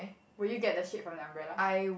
would you get the shade from the umbrella